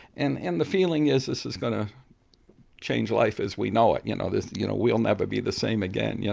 and and the feeling is, this is going to change life as we know it, you know? this is, you know, we'll never be the same again. you know?